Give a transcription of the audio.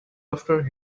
after